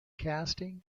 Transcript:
casting